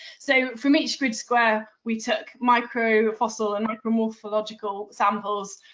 so from each grid square, we took micro fossil and micro morphological samples,